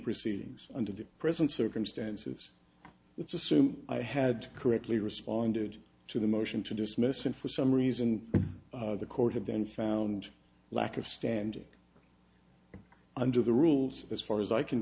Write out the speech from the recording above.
proceedings under the present circumstances it's assumed i had correctly responded to the motion to dismiss and for some reason the court have then found a lack of standing under the rules as far as i can